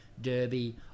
Derby